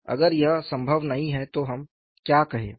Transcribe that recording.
अगर यह संभव नहीं है तो हम क्या कहें